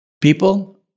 People